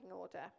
order